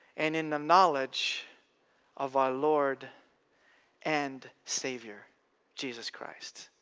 and in the knowledge of our lord and saviour jesus christ.